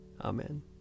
Amen